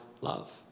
love